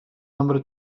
nombre